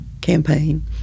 campaign